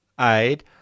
aid